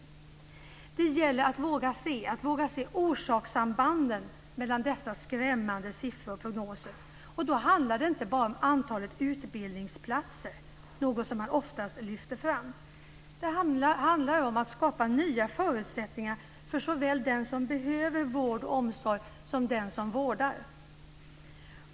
Det gäller att våga se orsakssambanden mellan dessa skrämmande siffror och prognoser. Då handlar det inte bara om antalet utbildningsplatser, något som man ofta lyfter fram. Det handlar om att skapa nya förutsättningar för såväl den som behöver vård och omsorg som den som vårdar.